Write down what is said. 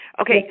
Okay